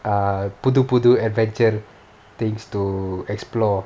err புது புது:puthu puthu adventure things to explore